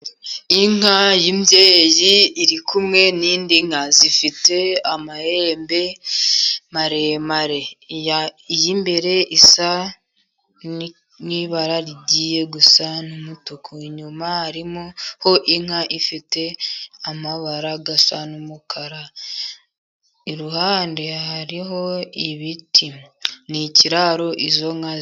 Inka y'imbyeyi iri kumwe n'indi nka zifite amahembe maremare, iy'imbere isa nk'ibara rigiye gusa n'umutuku, inyuma hariho inka ifite amabara asa n'umukara ,iruhande hariho ibiti ni ikiraro izo nka zi.